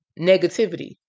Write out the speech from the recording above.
negativity